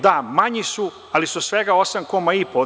Da, manji su, ali su svega 8,5.